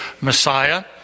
Messiah